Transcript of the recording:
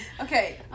Okay